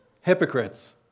hypocrites